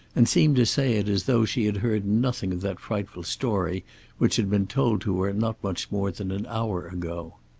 and seemed to say it as though she had heard nothing of that frightful story which had been told to her not much more than an hour ago.